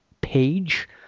page